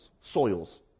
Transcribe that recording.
soils